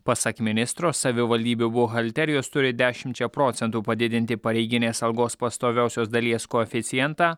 pasak ministro savivaldybių buhalterijos turi dešimčia procentų padidinti pareiginės algos pastoviosios dalies koeficientą